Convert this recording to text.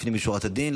לפנים משורת הדין,